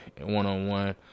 one-on-one